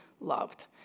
loved